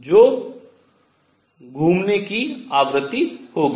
जो घूमने की आवृत्ति होगी